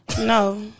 No